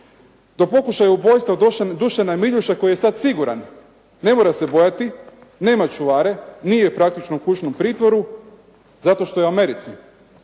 do pokušaja ubojstva Dušana Miljuša koji je sad siguran, ne mora se bojati, nema čuvare, nije praktično u kućnom pritvoru zato što je u Americi